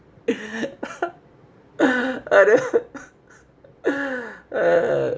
other uh